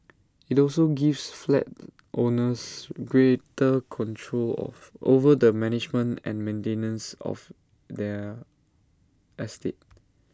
IT also gives flat owners greater control of over the management and maintenance of their estate